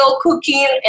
cooking